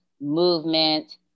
movement